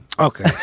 Okay